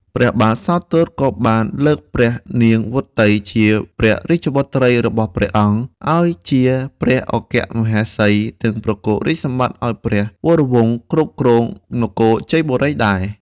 ព្រះបាទសោទត្តក៏បានលើកព្រះនាងវរវតី ជាព្រះរាជបុត្រីរបស់ព្រះអង្គឱ្យជាព្រះអគ្គមហេសី និងប្រគល់រាជសម្បត្តិឱ្យព្រះវរវង្សគ្រប់គ្រងនគរជ័យបូរីដែរ។